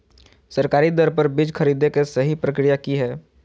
सरकारी दर पर बीज खरीदें के सही प्रक्रिया की हय?